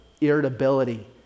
irritability